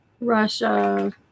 Russia